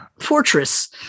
fortress